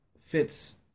fits